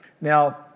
Now